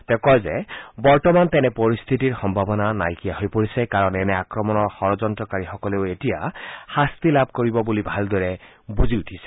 তেওঁ কয় যে বৰ্তমান তেনে পৰিস্থিতিৰ সম্ভাৱনা নাইকীয়া হৈ পৰিছে কাৰণ এনে আক্ৰমণৰ যড়্যন্ত্ৰকাৰীসকলেও এতিয়া শাস্তি লাভ কৰিব বুলি ভালদৰে বুজি উঠিছে